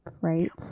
Right